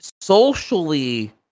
socially –